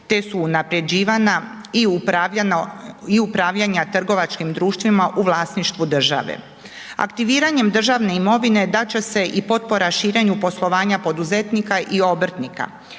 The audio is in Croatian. te su unaprjeđivana i upravljanja trgovačkim društvima u vlasništvu države. Aktiviranjem državne imovine dat će se i potpora širenju poslovanja poduzetnika i obrtnika.